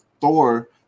Thor